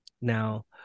Now